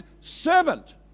servant